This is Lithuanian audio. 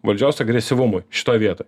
valdžios agresyvumui šitoj vietoj